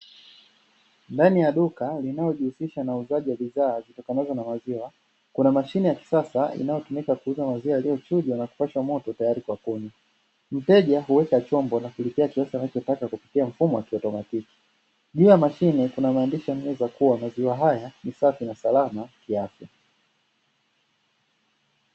Ndani ya duka linalojihusisha na uuzaji wa bidhaa zitokanazo na maziwa. Kuna mashine ya kisasa inayotumika kuuza maziwa yaliyochujwa na kupashwa moto tayari kwa kunywa. Mteja huosha chombo na kulipia kiasi anachotaka kupitia mfumo wa kiautomatiki. Juu ya mashine kuna maandishi yaliyoandikwa "maziwa haya ni safi na salama kiafya".